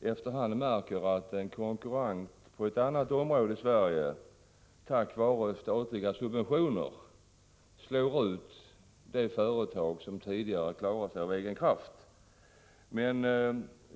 ett företag som tidigare klarat sig av egen kraft, efter hand blir utslaget av en konkurrent på ett annat ställe i landet som får statliga subventioner.